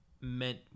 Meant